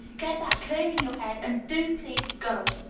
get that clear in your head, and do please go!